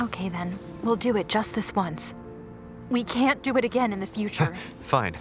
ok then we'll do it just this once we can't do it again in the future fine